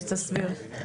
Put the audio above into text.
תסביר.